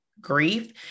grief